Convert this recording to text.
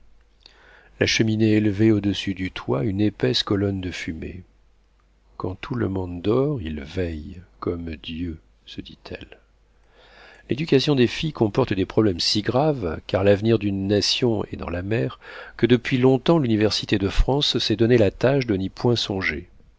la cheminée élevait au-dessus du toit une épaisse colonne de fumée quand tout le monde dort il veille comme dieu se dit-elle l'éducation des filles comporte des problèmes si graves car l'avenir d'une nation est dans la mère que depuis long-temps l'université de france s'est donné la tâche de n'y point